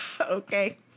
okay